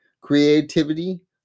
creativity